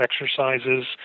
exercises